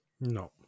No